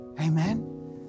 amen